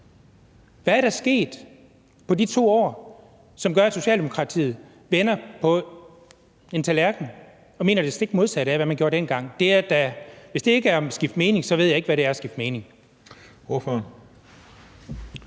Hvad er der sket på de 2 år, som gør, at Socialdemokratiet er vendt på en tallerken og mener det stik modsatte af, hvad man gjorde dengang? Hvis det ikke er at skifte mening, ved jeg ikke, hvad det er at skifte mening.